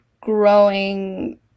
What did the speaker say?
growing